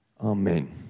Amen